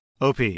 OP